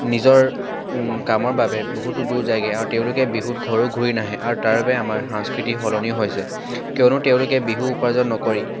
নিজৰ কামৰ বাবে বহুতো দূৰ যায়গৈ আৰু তেওঁলোকে বিহুত ঘৰু ঘূৰি নাহে আৰু তাৰবাবে আমাৰ সংস্কৃতি সলনি হৈছে কিয়নো তেওঁলোকে বিহু উপাৰ্জন নকৰি